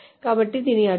కాబట్టి దాని అర్థం